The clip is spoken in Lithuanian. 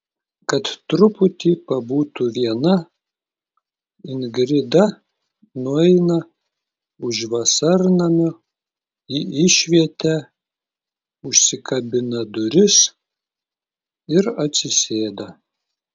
kad truputį pabūtų viena ingrida nueina už vasarnamio į išvietę užsikabina duris ir atsisėda